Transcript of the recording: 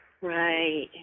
Right